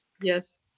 Yes